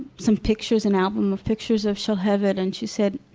some pictures, an album of pictures of shalhevet and she said,